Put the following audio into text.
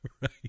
right